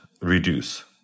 reduce